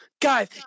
guys